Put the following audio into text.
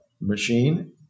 machine